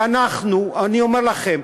ואנחנו, אני אומר לכם,